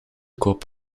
kop